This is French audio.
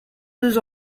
deux